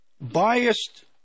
biased